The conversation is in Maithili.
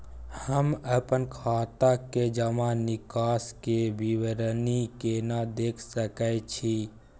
हम अपन खाता के जमा निकास के विवरणी केना देख सकै छी?